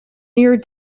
near